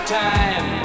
time